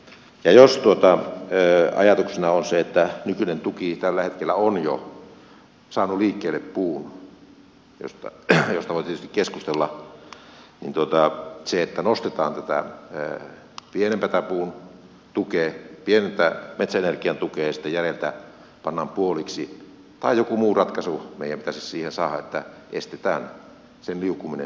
jos ajatuksena on se että nykyinen tuki tällä hetkellä on jo saanut liikkeelle puun mistä voi tietysti keskustella niin nostetaan tätä pienemmän puun tukea pienimmän metsäenergian tukea ja sitten järeältä pannaan puoliksi tai joku muu ratkaisu meidän pitäisi siihen saada että estetään sen liukuminen sinne järeän puun päähän